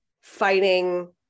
fighting